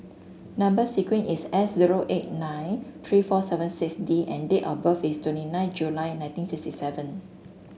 number sequence is S zero eight nine three four seven six D and date of birth is twenty nine July nineteen sixty seven